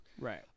Right